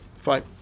Fine